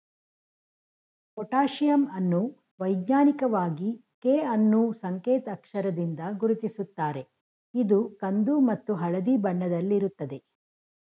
potassium ಅನ್ನು ವೈಜ್ಞಾನಿಕವಾಗಿ K ಅನ್ನೂ ಸಂಕೇತ್ ಅಕ್ಷರದಿಂದ ಗುರುತಿಸುತ್ತಾರೆ ಇದು ಕಂದು ಮತ್ತು ಹಳದಿ ಬಣ್ಣದಲ್ಲಿರುತ್ತದೆ